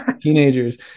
teenagers